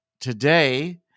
today